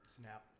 Snap